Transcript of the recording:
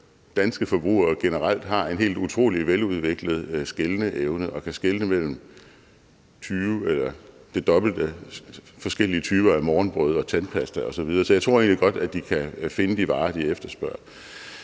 danske forbrugere generelt har en helt utrolig veludviklet skelneevne og kan skelne mellem 20 – eller det dobbelte – forskellige typer af morgenbrød og tandpasta osv., så jeg tror egentlig godt, at de kan finde de varer, de efterspørger.